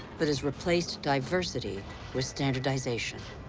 but has replaced diversity with standardization.